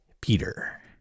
Peter